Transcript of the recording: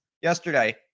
Yesterday